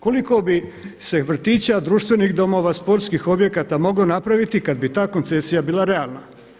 Koliko bi se vrtića, društvenih domova, sportskih objekata moglo napraviti kad bi ta koncesija bila realna?